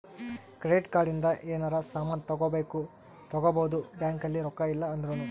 credit card ಇಂದ ಯೆನರ ಸಾಮನ್ ತಗೊಬೊದು ಬ್ಯಾಂಕ್ ಅಲ್ಲಿ ರೊಕ್ಕ ಇಲ್ಲ ಅಂದೃನು